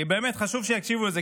באמת חשוב שיקשיבו לזה,